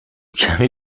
کمی